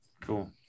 cool